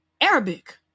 Arabic